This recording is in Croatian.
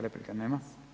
Replike nema?